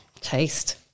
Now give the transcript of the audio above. Taste